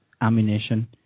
ammunition